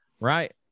Right